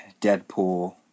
Deadpool